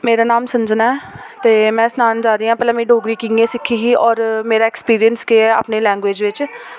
मेरा नाम सजना ऐ ते में सनान जा दियां भला में डोगरी कि'यां सिक्खी ही होर मेरा एक्सपीरियंस केह् ऐ अपनी लैंग्वेज़ बिच